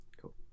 Cool